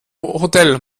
hotel